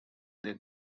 they